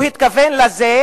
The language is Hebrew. הוא התכוון לזה,